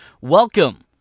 Welcome